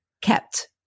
kept